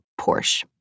Porsche